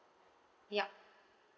yup